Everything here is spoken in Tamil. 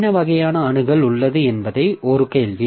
என்ன வகையான அணுகல் உள்ளது என்பது ஒரு கேள்வி